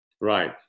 Right